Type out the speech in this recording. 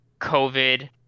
COVID